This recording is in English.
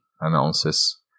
announces